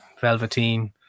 Velveteen